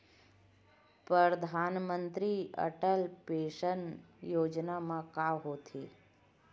परधानमंतरी अटल पेंशन योजना मा का होथे?